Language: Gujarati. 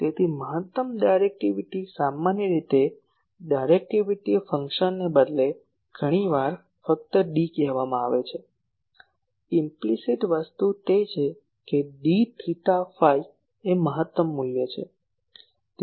તેથી મહત્તમ ડાયરેક્ટિવિટી સામાન્ય રીતે ડાયરેક્ટિવિટી ફંક્શનને બદલે ઘણી વાર ફક્ત D કહેવામાં આવે છે ઈમ્પલીસીટ વસ્તુ તે છે કે D થેટા ફાઈ એ મહત્તમ મૂલ્ય છે